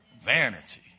Vanity